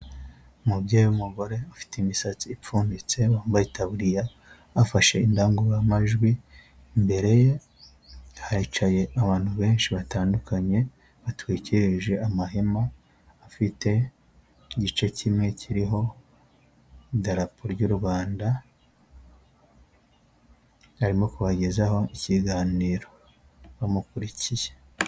Umubyeyi w'umugore ufite imisatsi ipfunditse wambaye itaburiya afashe indangururamajwi imbere ye haricaye abantu benshi batandukanye batwikirijwe amahema, afite igice kimwe kiriho idarapo ryu Rwanda arimo kubagezaho ikiganiro bamukurikiye.